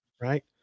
right